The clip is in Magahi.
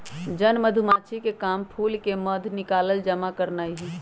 जन मधूमाछिके काम फूल से मध निकाल जमा करनाए हइ